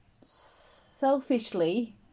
selfishly